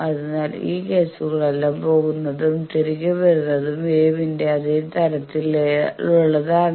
അതിനാൽ ഈ കേസുകളെല്ലാം പോകുന്നതും തിരികെ വരുന്നതുമായ വേവിന്റെ അതേ തരത്തിലുള്ളതാണ്